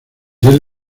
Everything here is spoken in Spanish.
diez